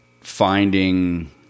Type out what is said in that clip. finding